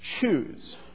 choose